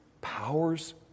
powers